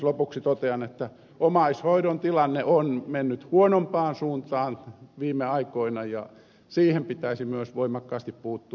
lopuksi totean että omaishoidon tilanne on mennyt huonompaan suuntaan viime aikoina ja siihen pitäisi myös voimakkaasti puuttua